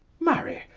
marry,